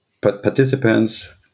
participants